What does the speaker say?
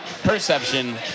perception